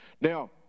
Now